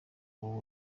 ubu